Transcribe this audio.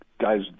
guys